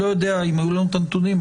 אם היו לנו נתונים,